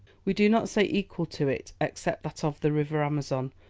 we do not say equal to it, except that of the river amazon,